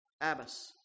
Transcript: Abbas